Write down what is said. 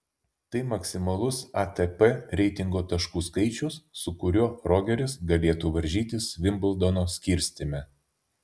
tai maksimalus atp reitingo taškų skaičius su kuriuo rogeris galėtų varžytis vimbldono skirstyme